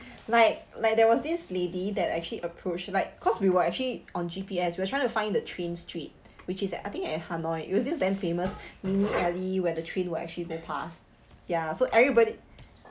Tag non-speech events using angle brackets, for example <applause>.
like like there was this lady that actually approach like cause we were actually on G_P_S we're trying to find the train street <noise> which is at I think at hanoi it was this damn famous <noise> mini alley where the train will actually go past ya so everybody